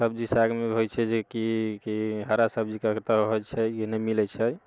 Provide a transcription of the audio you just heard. सब्जी सागमे होइ छै जे कि कि हरा सब्जी कतौ होइ छै ई नहि मिलै छै